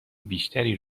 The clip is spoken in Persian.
بیشتری